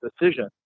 decision